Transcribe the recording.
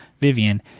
Vivian